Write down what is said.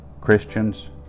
Christians